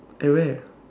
at where